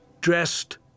dressed